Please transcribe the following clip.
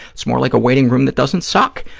it's more like a waiting room that doesn't suck.